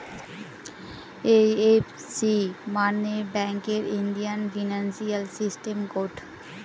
IFC মানে ব্যাঙ্কের Indian financial system code